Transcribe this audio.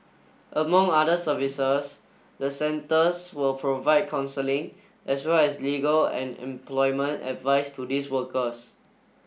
among other services the centres will provide counselling as well as legal and employment advice to these workers